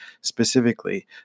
specifically